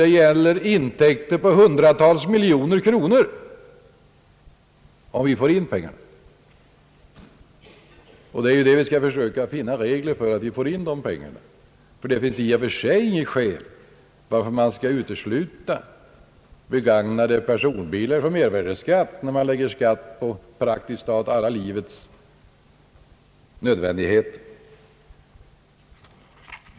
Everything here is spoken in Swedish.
Det är fråga om intäkter på hundratals miljoner kronor, om vi får in pengarna. Det gäller för oss att försöka finna regler för hur vi skall få in dessa pengar. Det finns i och för sig inget skäl att utesluta begagnade personbilar från mervärdeskatt, när man lägger skatt på praktiskt taget alla livets nödvändigheter.